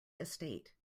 estate